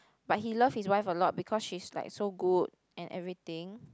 but he love his wife a lot because she's like so good and everything